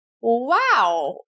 wow